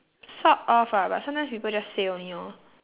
sort of ah but sometimes people just say only lor